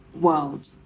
world